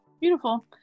Beautiful